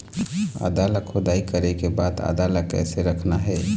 आदा ला खोदाई करे के बाद आदा ला कैसे रखना हे?